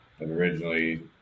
originally